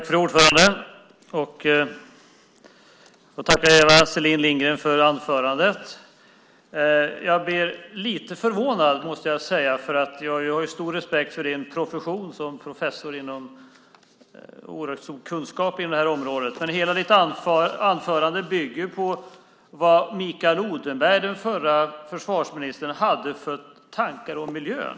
Fru talman! Jag tackar Eva Selin Lindgren för anförandet. Jag måste säga att jag blir lite förvånad. Jag har stor respekt för din profession som professor; du har oerhört stor kunskap på området. Men hela ditt anförande bygger på vad Mikael Odenberg, den förre försvarsministern, hade för tankar om miljön.